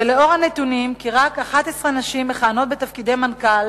ולאור הנתונים כי רק 11 נשים מכהנות בתפקידי מנכ"ל